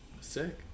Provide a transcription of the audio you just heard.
Sick